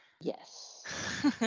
Yes